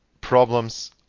problems